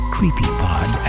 CreepyPod